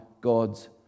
God's